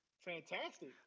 fantastic